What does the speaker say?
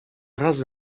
razy